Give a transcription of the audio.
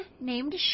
named